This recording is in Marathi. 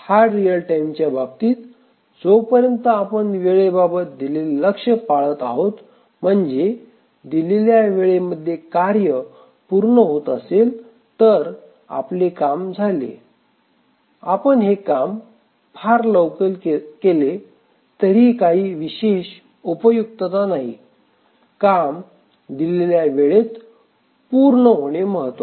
हार्ड रियल टाईम च्या बाबतीत जोपर्यंत आपण वेळे बाबत दिलेले लक्ष पाळत आहोत म्हणजे दिलेल्या वेळे मध्ये कार्य पूर्ण होत असेल तर आपले काम झाले आपण हे काम फार लवकर केले तरीही काही विशेष उपयुक्तता नाही काम दिलेल्या वेळेत पूर्ण होणे महत्त्वाचे